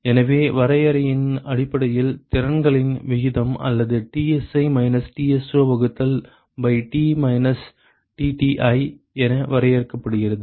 எனவே வரையறையின் அடிப்படையில் திறன்களின் விகிதம் அல்லது Tsi மைனஸ் Tso வகுத்தல் பை T மைனஸ் Tti என வரையறுக்கப்படுகிறது